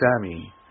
Sammy